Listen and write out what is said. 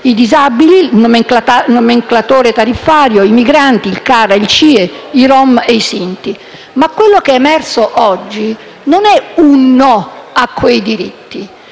i disabili, il nomenclatore tariffario, i migranti, i CARA, i CIE, i rom e i sinti. Quello che è emerso oggi non è un no a quei diritti.